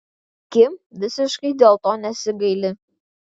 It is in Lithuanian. kim visiškai dėl to nesigaili